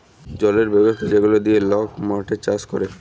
জলের ব্যবস্থা যেগলা দিঁয়ে লক মাঠে চাষ ক্যরে